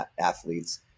athletes